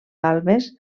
valves